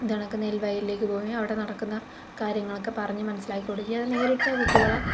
നടക്കുന്ന നെല് വയലിലേക്ക് പോകുകയും അവിടെ നടക്കുന്ന കാര്യങ്ങളൊക്കെ പറഞ്ഞ് മനസിലാക്കി കൊടുക്കുകയും അത് നേരിട്ട് കുട്ടികളെ